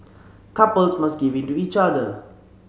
couples must give in to each other